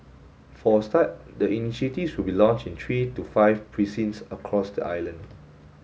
for a start the initiative will be launched in three to five precincts across the island